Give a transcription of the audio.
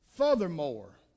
Furthermore